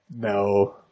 No